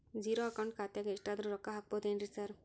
Zero account ಖಾತ್ಯಾಗ ಎಷ್ಟಾದ್ರೂ ರೊಕ್ಕ ಹಾಕ್ಬೋದೇನ್ರಿ ಸಾರ್?